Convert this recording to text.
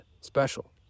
special